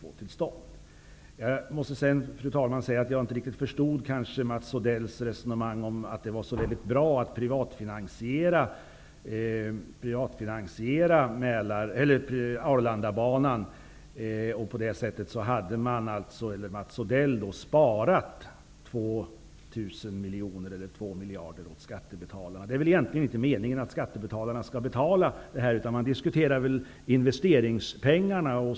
Jag förstår inte riktigt Mats Odells resonemang om att det skulle vara så bra med en privat finansiering av Arlandabanan. På det sättet skulle Mats Odell kunna spara 2 miljarder kronor åt skattebetalarna. Det är egentligen inte meningen att skattebetalarna skall betala detta. Man diskuterar framför allt pengarna till investeringarna.